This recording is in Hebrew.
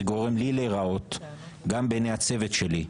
גורם לי להיראות גם בעיני הצוות שלי,